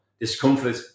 discomfort